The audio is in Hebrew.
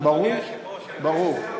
ברור, ברור.